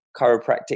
chiropractic